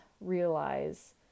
realize